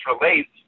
relates